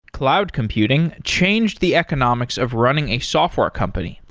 cloud computing changed the economics of running a software company.